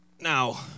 Now